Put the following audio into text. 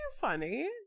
funny